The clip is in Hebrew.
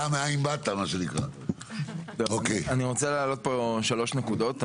אני רוצה לעלות פה שלוש נקודות.